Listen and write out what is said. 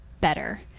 better